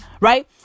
right